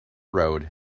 road